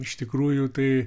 iš tikrųjų tai